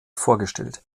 vorgestellt